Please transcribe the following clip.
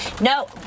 No